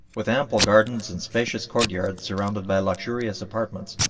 with ample gardens and spacious courtyards surrounded by luxurious apartments,